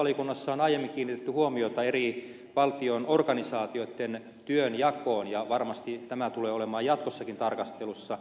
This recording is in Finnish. talousvaliokunnassa on aiemmin kiinnitetty huomiota valtion eri organisaatioitten työnjakoon ja varmasti tämä tulee olemaan jatkossakin tarkastelussa